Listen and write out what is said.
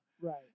Right